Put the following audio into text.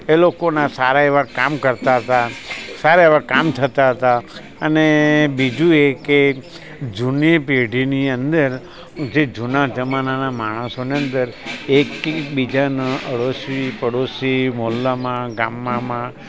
એ લોકોનાં સારા એવાં કામ કરતા હતા સારા એવાં કામ થતાં હતા અને બીજું એ કે જૂની પેઢીની અંદર જે જૂના જમાનાના માણસોનાં અંદર એકબીજાના આડોશી પાડોશી મહોલ્લામાં ગામડામાં